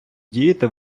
діяти